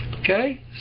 Okay